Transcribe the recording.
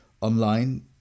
online